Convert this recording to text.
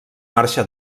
marxa